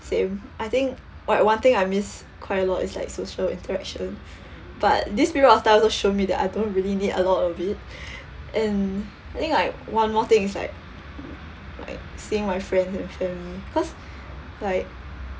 same I think like one thing I miss quite a lot is like social interaction but this period of time also show me that I don't really need a lot of it and I think like one more thing is like like seeing my friends and family because like